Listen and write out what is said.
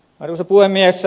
arvoisa puhemies